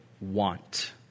want